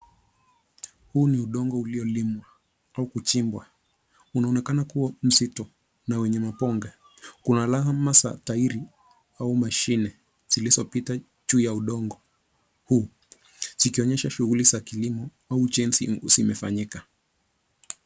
Huu ni udongo uliolimwa au kuchimbwa. Unaonekana kuwa mzito na wenye mabonde. Kuna alama za tairi au mashine zilizopita juu ya udongo huu zikionyesha shughuli za kilimo au jinsi umefanyika